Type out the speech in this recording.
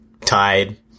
tied